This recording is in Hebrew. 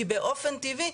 כי באופן טבעי,